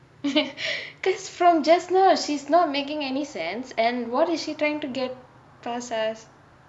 because from just now she's not making any sense and what is she trying to get across